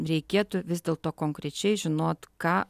reikėtų vis dėlto konkrečiai žinot ką